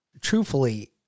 truthfully